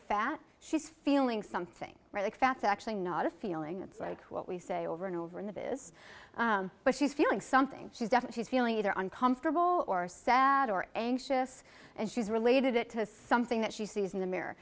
fat she's feeling something like fats actually not a feeling it's like what we say over and over and that is what she's feeling something she's definitely feeling either uncomfortable or sad or anxious and she's related it to something that she sees in the mirror